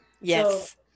Yes